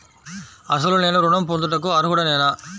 అసలు నేను ఋణం పొందుటకు అర్హుడనేన?